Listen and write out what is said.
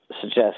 suggest